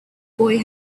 boy